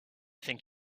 think